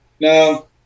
No